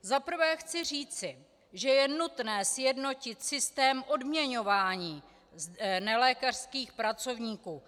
Za prvé chci říci, že je nutné sjednotit systém odměňování nelékařských pracovníků.